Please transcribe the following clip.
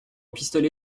pistolet